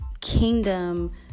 kingdom